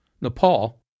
Nepal